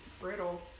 brittle